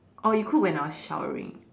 oh you cook when I was showering